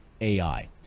AI